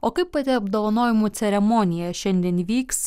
o kaip pati apdovanojimų ceremonija šiandien vyks